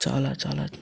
చాలా చాలా ఓ